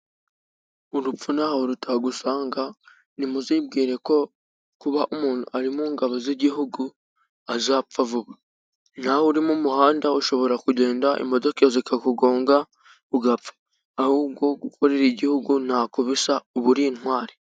Urupfu ntaho rutagusanga, ntimuzibwireko kuba umuntu ari mu ngabo z'igihugu azapfa vuba, nawe uri mu muhanda ushobora kugenda imodoka zikakugonga ugapfa, ahubwo gukorera igihugu ntakobisa uba uri intwari.